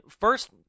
first